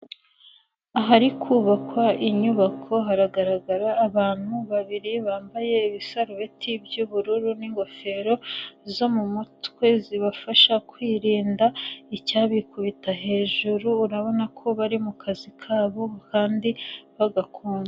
Ahari kubakwa inyubako haragaragara abantu babiri bambaye ibisarureti by'ubururu n'ingofero zo mu mutwe zibafasha kwirinda icyabikubita hejuru urabona ko bari mu kazi kabo kandi bagakunda.